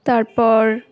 তারপর